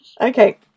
Okay